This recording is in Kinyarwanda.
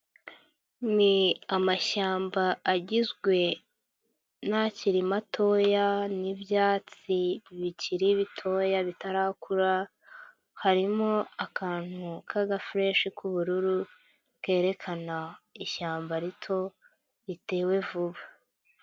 Ni amashyamba agizwe n'akiri matoya n'ibyatsi bikiri bitoya bitarakura, harimo akantu k'agafureshi k'ubururu kerekana ishyamba rito ritewe vuba.